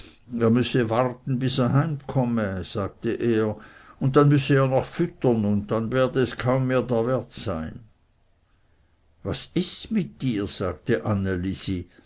er müsse warten bis er heimkomme sagte er und dann müsse er noch füttern und dann werde es kaum mehr der wert sein was ist mit dir sagte